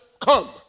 come